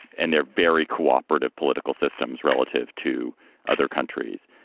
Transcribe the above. and they're very co-operative political systems relative to other countries.